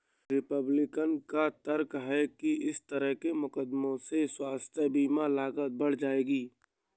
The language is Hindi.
रिपब्लिकन का तर्क है कि इस तरह के मुकदमों से स्वास्थ्य बीमा लागत बढ़ जाएगी